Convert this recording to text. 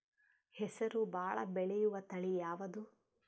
ಹೆಸರು ಭಾಳ ಬೆಳೆಯುವತಳಿ ಯಾವದು?